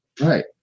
Right